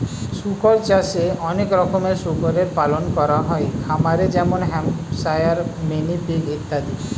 শুকর চাষে অনেক রকমের শুকরের পালন করা হয় খামারে যেমন হ্যাম্পশায়ার, মিনি পিগ ইত্যাদি